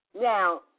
Now